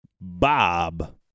Bob